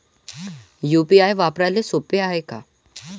UPI वापराले सोप हाय का?